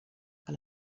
que